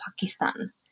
Pakistan